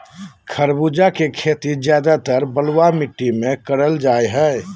खरबूजा के खेती ज्यादातर बलुआ मिट्टी मे करल जा हय